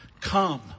Come